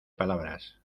palabras